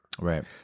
right